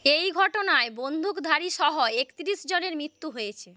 এই ঘটনায় বন্দুকধারীসহ একত্রিশ জনের মৃত্যু হয়েছে